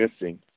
missing